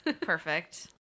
Perfect